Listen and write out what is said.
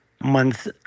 months